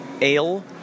ale